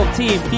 team